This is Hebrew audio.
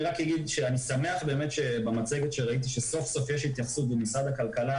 אני רק אגיד שאני שמח שבמצגת שראיתי סוף סוף יש התייחסות במשרד הכלכלה,